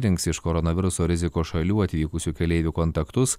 rinks iš koronaviruso rizikos šalių atvykusių keleivių kontaktus